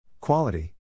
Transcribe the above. Quality